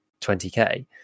20K